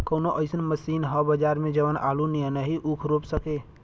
कवनो अइसन मशीन ह बजार में जवन आलू नियनही ऊख रोप सके?